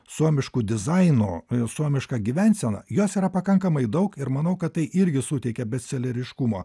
suomišku dizainu suomiška gyvensena jos yra pakankamai daug ir manau kad tai irgi suteikia besceleriškumo